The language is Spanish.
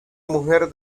mujer